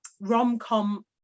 rom-com